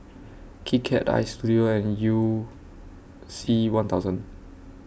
Kit Kat Istudio and YOU C one thousand